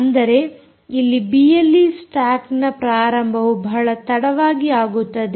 ಅಂದರೆ ಇಲ್ಲಿ BLE stack ನ ಪ್ರಾರಂಭವು ಬಹಳ ತಡವಾಗಿ ಆಗುತ್ತದೆ